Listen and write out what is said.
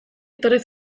etorri